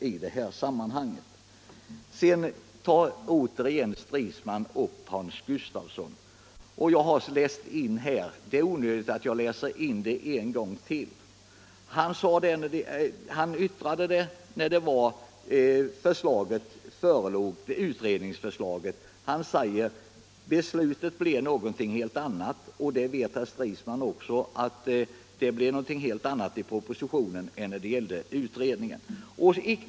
Sedan tar herr Stridsman åter upp kommunminister Hans Gustafssons yttrande. Jag har redan läst in det till protokollet, det är onödigt att jag gör det en gång till. När utredningsförslaget förelåg sade han att beslutet blev något helt annat. Och det vet herr Stridsman också att det blev någonting helt annat i propositionen än när det gällde utredningen.